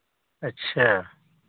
अच्छा